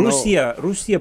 rusija rusija